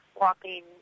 walking